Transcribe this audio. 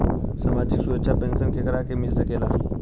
सामाजिक सुरक्षा पेंसन केकरा के मिल सकेला?